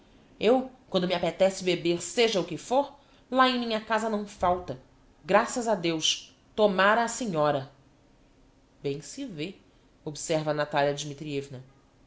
eu quando me appetece beber seja o que fôr lá em minha casa não falta graças a deus tomára a senhora bem se vê observa a natalia